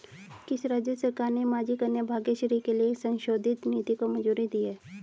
किस राज्य सरकार ने माझी कन्या भाग्यश्री के लिए एक संशोधित नीति को मंजूरी दी है?